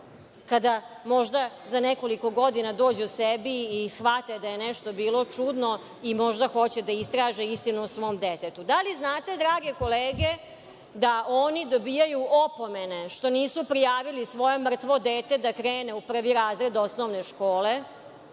kada možda za nekoliko godina dođu sebi i shvate da je nešto bilo čudno i možda hoće da straže istinu o svom detetu? Da li znate drage kolege, da oni dobijaju opomene što nisu prijavili svoje mrtvo dete da krene u prvi razred osnovne škole,